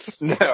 No